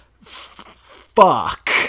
fuck